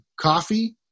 coffee